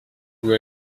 vous